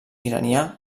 iranià